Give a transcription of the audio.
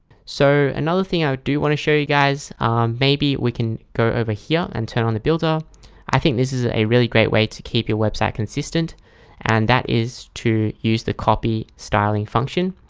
so another thing i do want to show you guys maybe we can go over here and turn on the builder i think this is a really great way to keep your website consistent and that is to use the copy styling function.